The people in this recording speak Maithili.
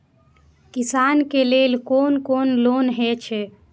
किसान के लेल कोन कोन लोन हे छे?